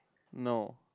no